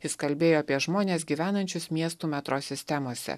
jis kalbėjo apie žmones gyvenančius miestų metro sistemose